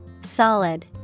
Solid